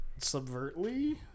subvertly